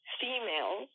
female